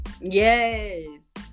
Yes